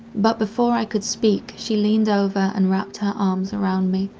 but before i could speak she leaned over and wrapped her arms around me